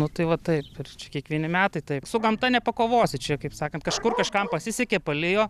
nu tai va taip ir čia kiekvieni metai taip su gamta nepakovosi čia kaip sakant kažkur kažkam pasisekė palijo